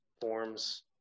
forms